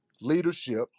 leadership